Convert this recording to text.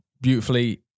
beautifully